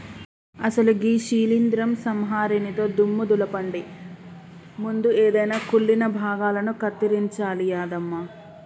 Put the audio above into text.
అసలు గీ శీలింద్రం సంహరినితో దుమ్ము దులపండి ముందు ఎదైన కుళ్ళిన భాగాలను కత్తిరించాలి యాదమ్మ